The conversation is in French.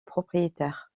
propriétaires